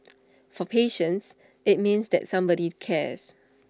for patients IT means that somebody cares